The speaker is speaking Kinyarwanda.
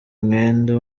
umwenda